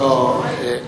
לא, לא.